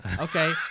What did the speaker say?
Okay